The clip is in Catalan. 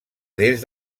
des